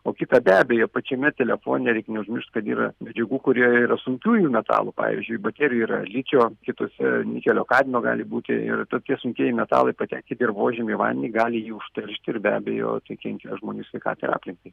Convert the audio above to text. o kita be abejo pačiame telefone reikia neužmiršt kad yra medžiagų kurie yra sunkiųjų metalų pavyzdžiui baterijoj ir yra ličio kitose nikelio kadmio gali būti ir tokie sunkieji metalai patekę į dirvožemį vandenį gali jį užteršti ir be abejo tai kenkia žmonių sveikatai ir aplinkai